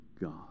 God